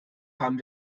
haben